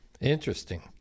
Interesting